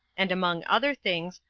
and, among other things,